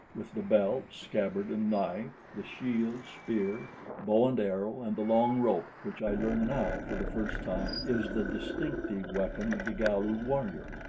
with the belt, scabbard and knife, the shield, spear, bow and arrow and the long rope which i learned now for the first time is the distinctive weapon of the galu warrior.